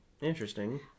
Interesting